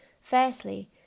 Firstly